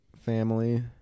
family